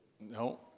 No